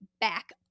back